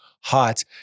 hot